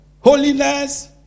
holiness